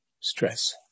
stress